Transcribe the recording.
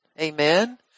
Amen